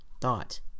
thought